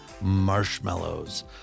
marshmallows